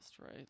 right